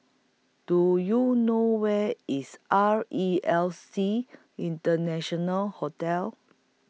Do YOU know Where IS R E L C International Hotel